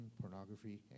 pornography